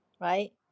right